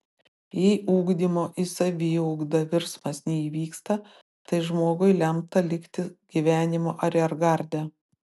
jei ugdymo į saviugdą virsmas neįvyksta tai žmogui lemta likti gyvenimo ariergarde